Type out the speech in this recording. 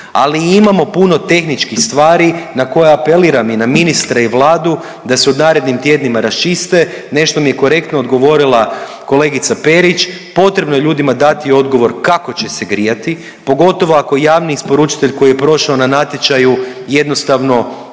ali imamo puno tehničkih stvari na koje apeliram i na ministre i Vladu da se u narednim tjednima raščiste, nešto mi je korektno odgovorila kolegica Perić, potrebno je ljudima dati odgovor kako će se grijati, pogotovo ako javni isporučitelj koji je prošao na natječaju jednostavno